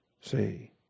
See